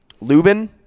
Lubin